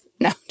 No